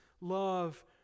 love